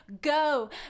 go